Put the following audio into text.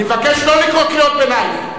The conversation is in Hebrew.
אני מבקש לא לקרוא קריאות ביניים.